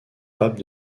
pape